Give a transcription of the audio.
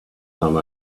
time